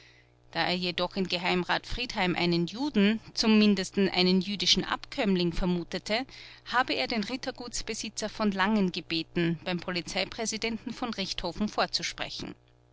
da er jedoch in geheimrat friedheim einen juden zum mindesten einen jüdischen abkömmling vermutete habe er den rittergutsbesitzer von langen gebeten beim polizeipräsidenten v richthofen vorzusprechen